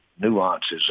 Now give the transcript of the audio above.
nuances